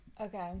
Okay